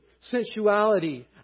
sensuality